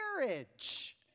marriage